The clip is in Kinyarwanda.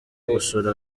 gusura